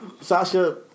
Sasha